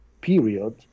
period